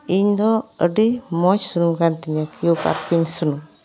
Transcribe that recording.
ᱤᱧ ᱫᱚ ᱟᱹᱰᱤ ᱢᱚᱡᱽ ᱥᱩᱱᱩᱢ ᱠᱟᱱ ᱛᱤᱧᱟᱹ ᱠᱮᱭᱳᱠᱟᱨᱯᱤᱱ ᱥᱩᱱᱩᱢ